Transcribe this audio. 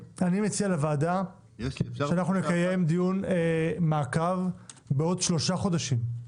אני מציע לוועדה שאנחנו נקיים דיון מעקב בעוד שלושה חודשים,